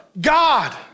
God